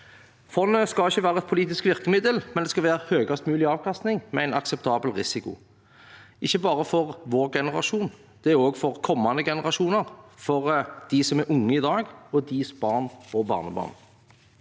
Fondet skal ikke være et politisk virkemiddel. Det skal gi høyest mulig avkastning med en akseptabel risiko, ikke bare for vår generasjon, men også for kommende generasjoner, for dem som er unge i dag, og deres barn og barnebarn.